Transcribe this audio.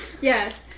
Yes